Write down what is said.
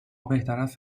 بهتراست